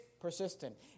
persistent